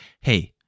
Hey